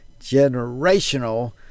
generational